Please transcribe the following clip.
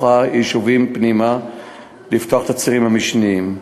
היישובים פנימה לפתוח את הצירים המשניים.